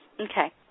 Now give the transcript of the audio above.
Okay